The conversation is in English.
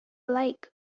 like